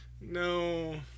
No